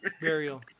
burial